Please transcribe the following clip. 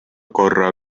korra